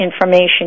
information